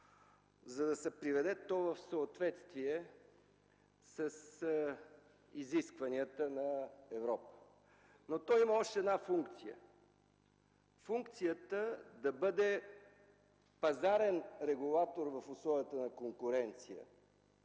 за да се приведе то в съответствие с изискванията на Европа. Но то има още една функция – функцията да бъде пазарен регулатор в условията на конкуренция,